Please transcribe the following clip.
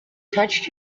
touched